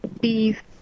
beef